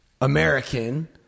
American